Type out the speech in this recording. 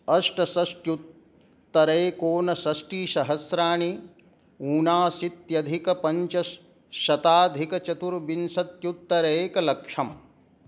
अष्टषष्ट्युत्तरेकोनषष्टिसहस्राणि ऊनाशीत्यधिकपञ्चशताधिकचतुर्विंशत्युत्तर एकलक्षम्